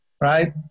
right